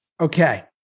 Okay